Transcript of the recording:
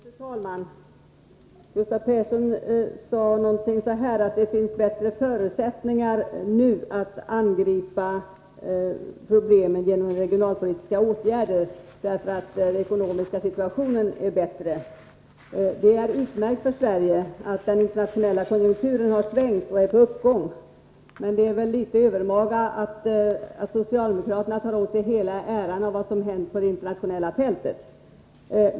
Fru talman! Gustav Persson sade någonting om att det finns bättre förutsättningar nu att angripa problemen genom regionalpolitiska åtgärder därför att den ekonomiska situationen är bättre. Det är utmärkt för Sverige att den internationella konjunkturen har svängt och är på uppgång, men det är väl litet övermaga att socialdemokraterna tar åt sig hela äran av vad som hänt på det internationella fältet.